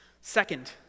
Second